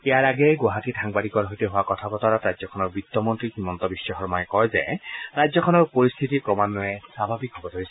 ইয়াৰ আগেয়ে গুৱাহাটী সাংবাদিকৰ সৈতে হোৱা কথা বতৰাত ৰাজ্যখনৰ বিত্তমন্ত্ৰী হিমন্ত বিশ্ব শৰ্মাই কয় যে ৰাজ্যখনৰ পৰিস্থিতি ক্ৰমান্বয়ে স্বাভাৱিক হ'ব ধৰিছে